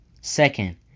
Second